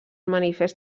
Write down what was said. manifest